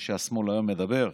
זה שהשמאל היום מדבר,